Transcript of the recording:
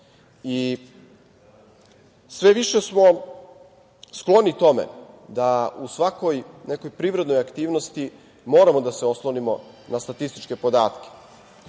Sve više smo skloni tome da u svakoj nekoj privrednoj aktivnosti moramo da se oslonimo na statističke podatke.